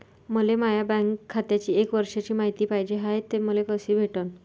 मले माया बँक खात्याची एक वर्षाची मायती पाहिजे हाय, ते मले कसी भेटनं?